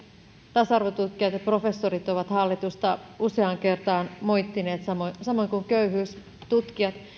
tasa arvotutkijat ja professorit ovat hallitusta useaan kertaan moittineet samoin samoin kuin köyhyystutkijat